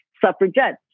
Suffragettes